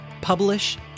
publish